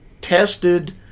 tested